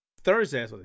Thursday